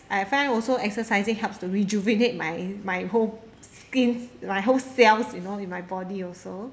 I find also exercising helps to rejuvenate my my whole skins my whole cells you know in my body also